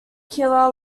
killer